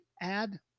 add